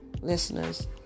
listeners